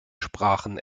sprachen